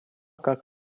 как